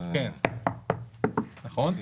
נכון.